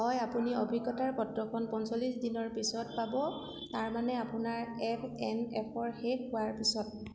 হয় আপুনি অভিজ্ঞতাৰ পত্ৰখন পঞ্চল্লিছ দিনৰ পিছত পাব তাৰমানে আপোনাৰ এফ এন এফ ৰ শেষ হোৱাৰ পিছত